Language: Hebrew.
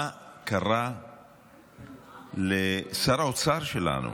מה קרה לשר האוצר שלנו,